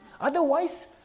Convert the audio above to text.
Otherwise